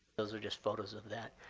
those are just photos of that.